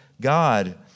God